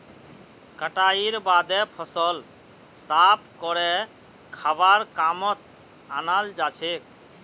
कटाईर बादे फसल साफ करे खाबार कामत अनाल जाछेक